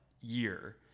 year